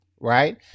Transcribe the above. right